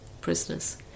prisoners